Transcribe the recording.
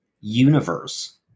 universe